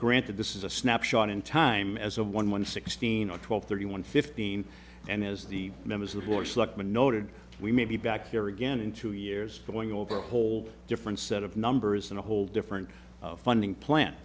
granted this is a snapshot in time as of one sixteen or twelve thirty one fifteen and as the members of course lukman noted we may be back here again in two years going over a whole different set of numbers and a whole different funding plan